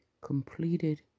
completed